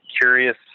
curious